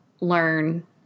learn